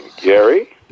Gary